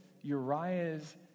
Uriah's